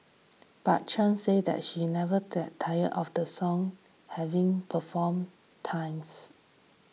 but Chan said she never gets tired of the song having performed times